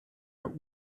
der